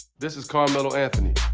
this is carmelo anthony.